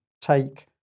take